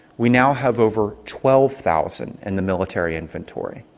we now have over twelve thousand in the military inventory.